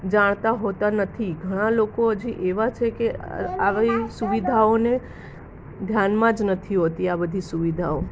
જાણતા હોતાં નથી ઘણાં લોકો હજી એવાં છે કે આવી સુવિધાઓને ધ્યાનમાં જ નથી હોતી આ બધી સુવિધાઓ